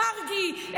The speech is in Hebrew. מרגי,